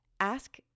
Ask